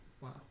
Wow